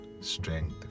strength